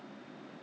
those hook